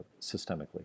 systemically